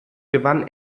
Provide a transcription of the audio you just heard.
gewann